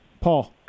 Paul